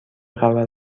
خبر